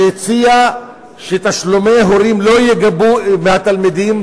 שהציע שתשלומי הורים לא ייגבו מהתלמידים.